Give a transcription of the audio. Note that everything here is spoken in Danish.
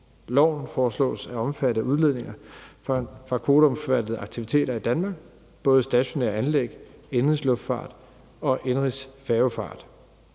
Loven foreslås omfattet af udledninger fra kvoteomfattede aktiviteter i Danmark, både stationære anlæg, indenrigs luftfart og indenrigs færgefart.